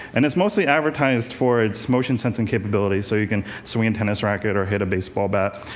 and it's mostly advertised for its motion-sensing capabilities so you can swing a tennis racket, or hit a baseball bat.